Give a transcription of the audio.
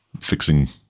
fixing